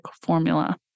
formula